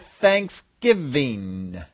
thanksgiving